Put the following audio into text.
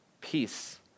Peace